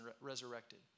resurrected